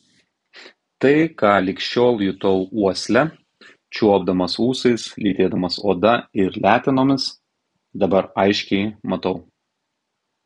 tai ką lig šiol jutau uosle čiuopdamas ūsais lytėdamas oda ir letenomis dabar aiškiai matau